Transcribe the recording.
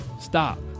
stop